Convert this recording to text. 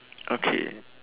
okay